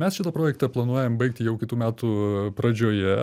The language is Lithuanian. mes šitą projektą planuojam baigti jau kitų metų pradžioje